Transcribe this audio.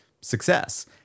success